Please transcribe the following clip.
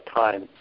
time